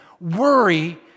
Worry